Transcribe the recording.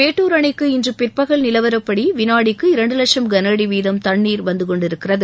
மேட்டுர் அணைக்கு இன்று பிற்பகல் நிலவரப்படி வினாடிக்கு இரண்டு லட்சும் கன அடி வீதம் தண்ணீர் வந்து கொண்டருக்கிறது